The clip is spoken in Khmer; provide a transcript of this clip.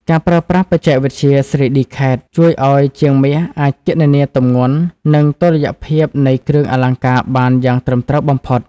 ការប្រើប្រាស់បច្ចេកវិទ្យា 3D CAD ជួយឱ្យជាងមាសអាចគណនាទម្ងន់ និងតុល្យភាពនៃគ្រឿងអលង្ការបានយ៉ាងត្រឹមត្រូវបំផុត។